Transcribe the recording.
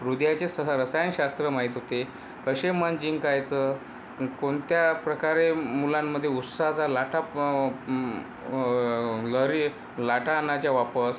हृदयाचे सह रसायनशास्त्र माहीत होते कसे मन जिंकायचं क कोणत्या प्रकारे मुलांमध्ये उत्साहाचा लाटा प लहरी लाटा आणायच्या वापस